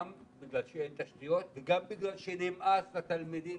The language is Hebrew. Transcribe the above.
גם בגלל שאין תשתיות וגם בגלל שנמאס לתלמידים